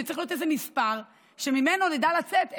שצריך להיות איזה מספר שממנו נדע לצאת,